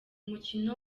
mukino